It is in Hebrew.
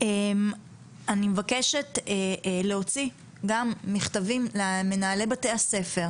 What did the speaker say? אני רוצה לתת להגר נגב מהאגודה הישראלית ללקויות למידה את ההזדמנות